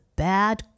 bad